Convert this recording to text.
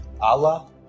Allah